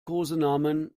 kosenamen